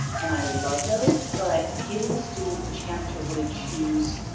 and i love those. but, giving the students the chance to really choose,